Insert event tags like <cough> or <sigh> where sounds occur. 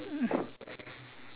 um <breath>